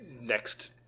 next